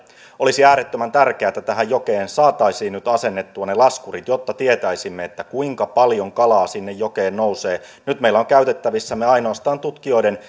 olisi äärettömän tärkeää että tähän jokeen saataisiin nyt asennettua ne laskurit jotta tietäisimme kuinka paljon kalaa sinne jokeen nousee nyt meillä on käytettävissämme ainoastaan tutkijoiden